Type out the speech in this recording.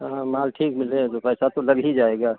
हाँ माल ठीक मिले तो पैसा तो लग ही जाएगा